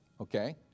Okay